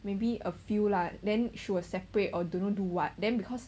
maybe a few lah then she will separate or don't know do what then because